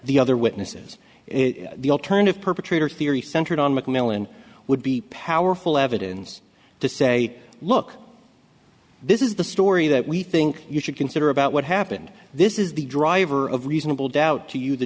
the other witnesses the alternative perpetrator theory centered on mcmillan would be powerful evidence to say look this is the story that we think you should consider about what happened this is the driver of reasonable doubt to you the